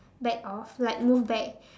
backed off like move back